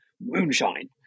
moonshine